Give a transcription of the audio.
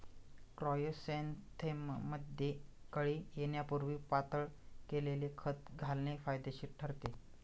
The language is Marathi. क्रायसॅन्थेमममध्ये कळी येण्यापूर्वी पातळ केलेले खत घालणे फायदेशीर ठरते